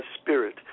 spirit